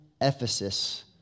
Ephesus